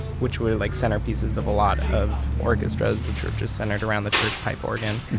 which were like centerpieces of a lot of orchestras which are just centered around the church pipe organ.